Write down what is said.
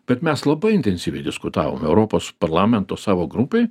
bet mes labai intensyviai diskutavom europos parlamento savo grupėj